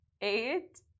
eight